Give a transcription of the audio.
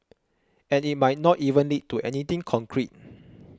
and it might not even lead to anything concrete